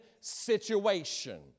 situation